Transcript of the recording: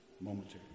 momentary